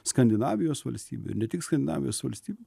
skandinavijos valstybių ne tik skandinavijos valstybių